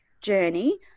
journey